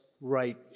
right